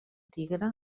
tigre